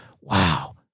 wow